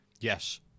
Yes